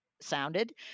Sounded